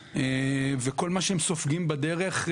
הם עושים עבודת קודש,